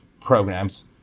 programs